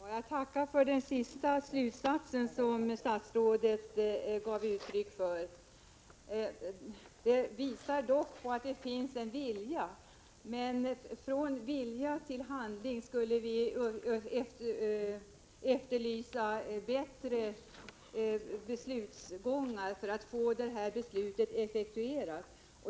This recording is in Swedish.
Herr talman! Jag tackar för den förhoppning som statsrådet gav uttryck för. Den visar på att det finns en vilja. Men vi efterlyser en övergång från vilja till handling, för att få detta beslut effektuerat.